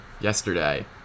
yesterday